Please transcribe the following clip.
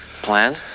Plan